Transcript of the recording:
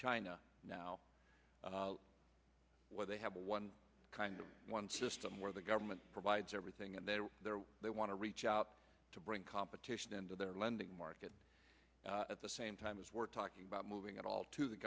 china now where they have one kind of one system where the government provides everything and they're there they want to reach out to bring competition into their lending market at the same time as we're talking about moving at all to the